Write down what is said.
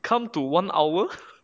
come to one hour